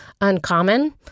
uncommon